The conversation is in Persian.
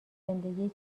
زندگی